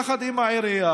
יחד עם העירייה,